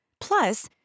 Plus